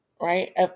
right